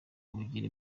bugira